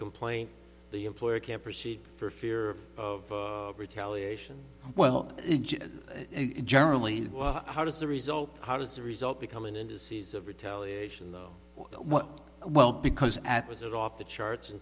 complaint the employer can't proceed for fear of retaliation well generally how does the result how does the result become in indices of retaliation what well because at was it off the charts in